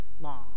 long